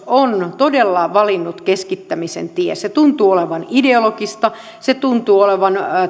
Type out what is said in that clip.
on todella valinnut keskittämisen tien se tuntuu olevan ideologista se tuntuu olevan